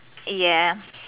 eh yeah